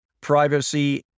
Privacy